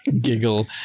giggle